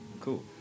cool